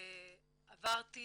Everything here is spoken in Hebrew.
ועברתי